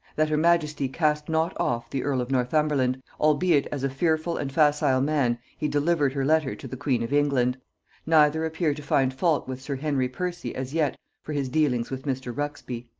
that her majesty cast not off the earl of northumberland, albeit as a fearful and facile man he delivered her letter to the queen of england neither appear to find fault with sir henry percy as yet for his dealing with mr. ruxbie,